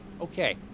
okay